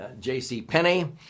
JCPenney